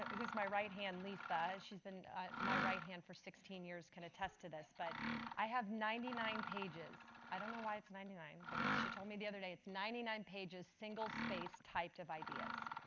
who's my right hand lisa, she's been my right hand for sixteen years, can attest to this, but i have ninety nine pages, i don't know why it's ninety nine, but she told me the other day it's ninety nine pages, single-spaced, typed, of ideas.